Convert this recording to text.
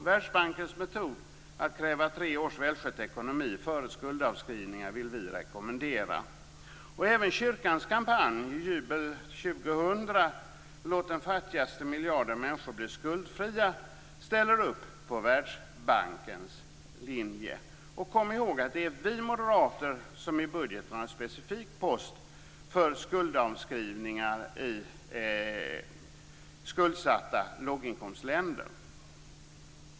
Världsbankens metod att kräva tre års välskött ekonomi före skuldavskrivningar vill vi rekommendera. Även kyrkans kampanj, Jubel 2000 - låt den fattigaste miljarden människor bli skuldfria, ställer upp på Världsbankens linje. Kom ihåg att det är vi moderater som i budgeten har en specifik post för skuldavskrivningar för skuldsatta låginkomstländer.